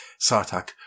Sartak